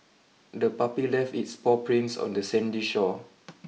the puppy left its paw prints on the sandy shore